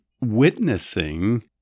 witnessing